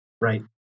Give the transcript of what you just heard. Right